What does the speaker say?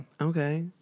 Okay